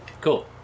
Cool